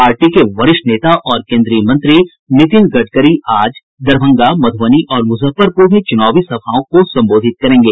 party के वरिष्ठ नेता और केन्द्रीय मंत्री नितिन गडकरी आज दरभंगा मधुबनी और मुजफ्फरपुर में चुनावी सभाओं को संबोधित करेंगे